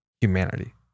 humanity